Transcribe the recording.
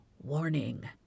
Warning